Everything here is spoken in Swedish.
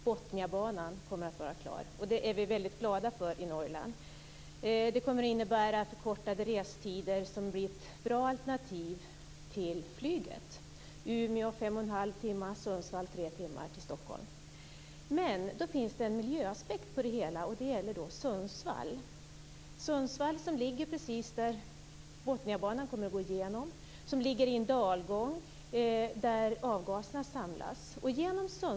Botniabanan kommer att vara klar, och det är vi väldigt glada för i Men det finns en miljöaspekt på det hela, och det gäller Sundsvall, som Botniabanan kommer att gå igenom. Sundsvall ligger i en dalgång där avgaserna samlas.